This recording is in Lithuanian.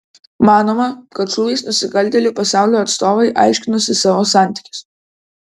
manoma kad šūviais nusikaltėlių pasaulio atstovai aiškinosi savo santykius